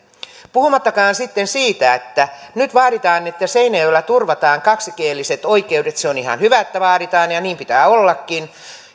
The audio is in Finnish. puhumattakaan sitten siitä että nyt vaaditaan että seinäjoella turvataan kielelliset oikeudet se on ihan hyvä että vaaditaan ja niin pitää ollakin